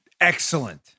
Excellent